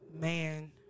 man